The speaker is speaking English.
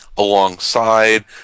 alongside